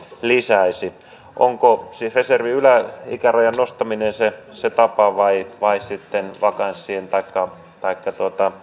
lisäisivät onko se tapa siis reservin yläikärajan nostaminen vai vai vakanssien taikka taikka